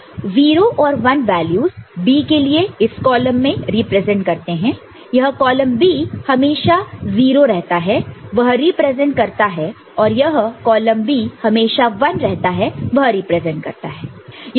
0 और 1 values B के लिए इस कॉलम में रिप्रेजेंट करते हैं यह कॉलम B हमेशा 0 रहता है वह रिप्रेजेंट करता है और यह कॉलम B हमेशा 1 रहता है वह रिप्रेजेंट करता है